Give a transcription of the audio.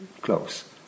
close